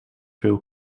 veel